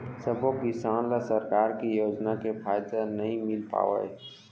सबो किसान ल सरकार के योजना के फायदा नइ मिल पावय